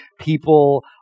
people